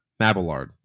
Mabillard